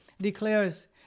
declares